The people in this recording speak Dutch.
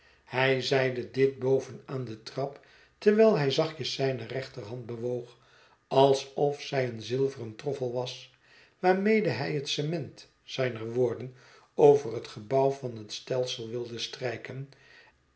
hij zeide dit boven aan de trap terwijl hij zachtjes zijne rechterhand bewoog alsof zij een zilveren troffel was waarmede hij het cement zijner woorden over het gebouw van het stelsel wilde strijken